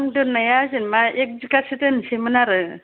आं दोननाया जेनबा एक बिगासो दोनसैमोन आरो